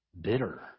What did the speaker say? bitter